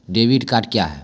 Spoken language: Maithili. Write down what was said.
डेबिट कार्ड क्या हैं?